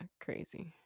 crazy